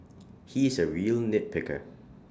he is A real nitpicker